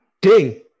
Ding